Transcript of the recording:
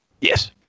Yes